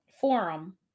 forum